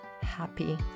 happy